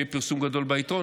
יהיה פרסום גדול בעיתון,